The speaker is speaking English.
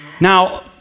Now